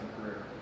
career